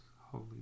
holy